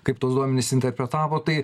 kaip tuos duomenis interpretavo tai